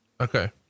Okay